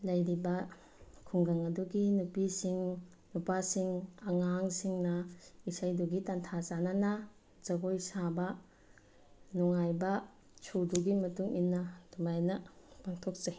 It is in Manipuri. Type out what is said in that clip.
ꯂꯩꯔꯤꯕ ꯈꯨꯡꯒꯪ ꯑꯗꯨꯒꯤ ꯅꯨꯄꯤꯁꯤꯡ ꯅꯨꯄꯥꯁꯤꯡ ꯑꯉꯥꯡꯁꯤꯡꯅ ꯏꯁꯩꯗꯨꯒꯤ ꯇꯟꯊꯥ ꯆꯥꯟꯅꯅ ꯖꯒꯣꯏ ꯁꯥꯕ ꯅꯨꯡꯉꯥꯏꯕ ꯁꯨꯔꯗꯨꯒꯤ ꯃꯇꯨꯡꯏꯟꯅ ꯑꯗꯨꯃꯥꯏꯅ ꯄꯥꯡꯊꯣꯛꯆꯩ